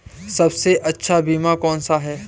सबसे अच्छा बीमा कौनसा है?